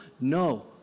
No